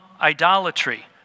idolatry